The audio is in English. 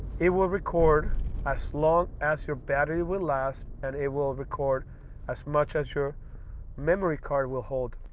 it will record as long as your battery will last and it will record as much as your memory card will hold.